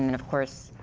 and of course,